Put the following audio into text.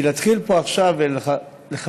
כי להתחיל פה עכשיו לחפש,